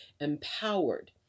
empowered